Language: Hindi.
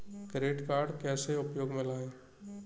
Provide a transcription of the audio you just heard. क्रेडिट कार्ड कैसे उपयोग में लाएँ?